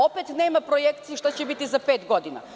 Opet nema projekcije šta će biti za pet godina.